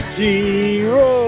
zero